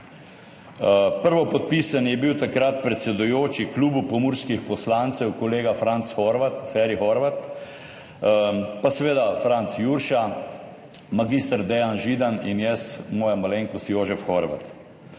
Prvopodpisani je bil takrat predsedujoči Klubu pomurskih poslancev kolega Franc Horvat – Feri Horvat, pa seveda Franc Jurša, mag. Dejan Židan in jaz, moja malenkost, Jožef Horvat.